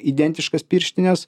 identiškas pirštines